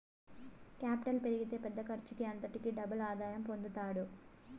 capital పెరిగితే పెద్ద ఖర్చుకి అంతటికీ డబుల్ ఆదాయం పొందుతారు